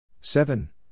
seven